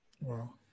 Wow